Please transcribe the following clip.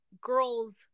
girls